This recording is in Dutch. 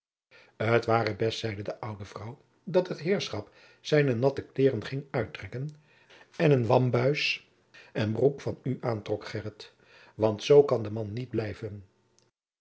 t ware best zeide de oude vrouw dat het heerschop zijne natte kleeren ging uittrekken en een wammes en broek van oe antrok gheryt want zoo kan de man niet blijven